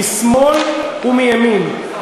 משמאל ומימין,